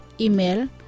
Email